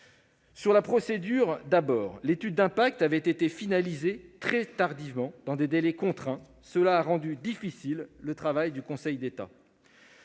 de la procédure, tout d'abord, l'étude d'impact a été finalisée très tardivement, dans des délais contraints, ce qui a rendu le travail du Conseil d'État